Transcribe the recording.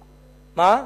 מה?